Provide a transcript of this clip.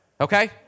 Okay